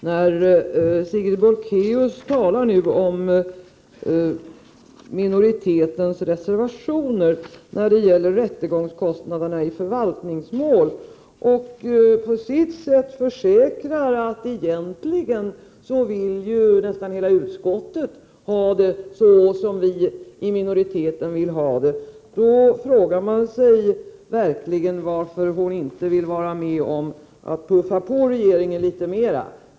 När Sigrid Bolkéus talar om minoritetens reservation vad gäller rättegångskostnader i förvaltningsmål och på sitt sätt försäkrar att nästan hela utskottet egentligen vill ha det så som vi i minoriteten önskar, då frågar man sig verkligen varför hon inte vill vara med om att puffa på regeringen litet mera.